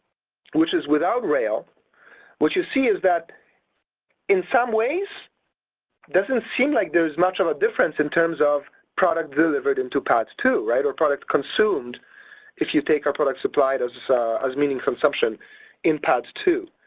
which is without rail what you see is that in some ways doesn't seem like there's much of a difference in terms of product delivered into padd two, right, or product consumed if you take our products supplied as, ah, of as meaning consumption in padd two,